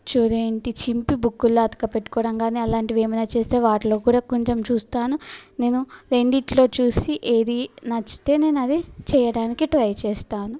చూసి చింపి బుక్కులలో అతుక పెట్టుకోవడం కానీ అలాంటివి ఏమైనా చేసి వాటిలో కూడా కొంచం చూస్తాను నేను రెండింటిలో చూసి ఏది నచ్చితే నేను అదే చేయడానికి ట్రై చేస్తాను